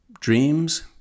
dreams